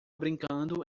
brincando